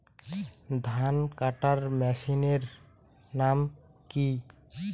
ধান কাটার মেশিনের নাম কি?